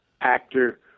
actor